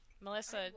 melissa